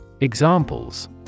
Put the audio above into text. Examples